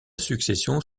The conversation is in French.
succession